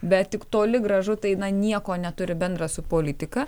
bet tik toli gražu tai nieko neturi bendra su politika